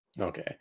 Okay